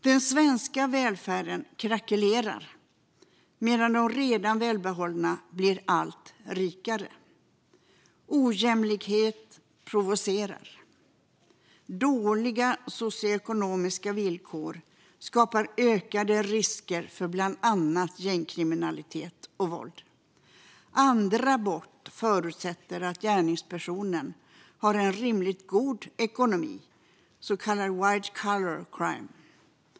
Den svenska välfärden krackelerar medan de redan välbeställda blir allt rikare. Ojämlikhet provocerar. Dåliga socioekonomiska villkor skapar ökad risk för bland annat gängkriminalitet och våld. Andra brott förutsätter att gärningspersonen har en rimligt god ekonomi, så kallade white-collar crimes.